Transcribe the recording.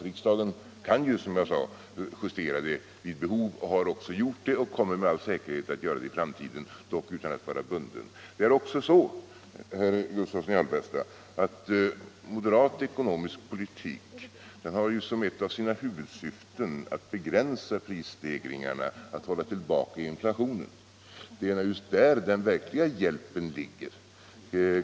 Riksdagen kan ju, som jag sade, justera bidraget vid behov, har gjort det och kommer med all säkerhet att göra det, dock utan att vara bunden. Det är också så, herr Gustavsson, att moderat ekonomisk politik har som ett av sina huvudsyften att begränsa prisstegringarna, att hålla tillbaka inflationen. Det är naturligtvis där den verkliga hjälpen ligger.